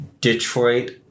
Detroit